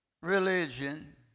religion